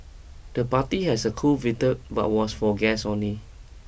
the party had a cool waiter but was for guests only